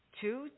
Two